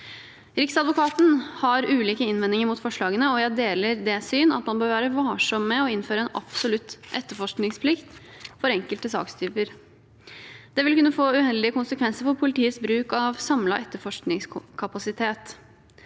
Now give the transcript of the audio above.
Riksadvokaten har ulike innvendinger mot forslagene, og jeg deler det syn at man bør være varsom med å innføre en absolutt etterforskningsplikt for enkelte sakstyper. Det vil kunne få uheldige konsekvenser for bruk av politiets samlede etterforskningskapasitet.